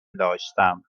داشتم